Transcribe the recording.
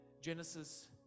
genesis